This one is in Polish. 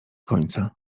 końca